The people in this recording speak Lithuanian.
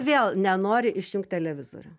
vėl nenori išjunk televizorių